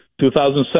2007